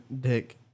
dick